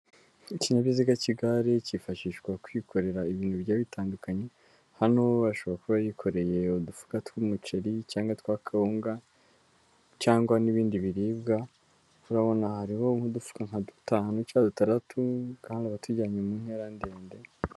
Ikinyabiziga cy'igare cyifashishwa kwikorera ibintu bigiye bitandukanye, hano ashobora kuba yikoreye udufuka tw'umuceri cyangwa twa kawunga, cyangwa n'ibindi biribwa, kuko urabona hariho nk'udufuka nka dutanu cyangwa dutandatu, kandi aba atujyanye mu ntera ndende.